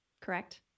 Correct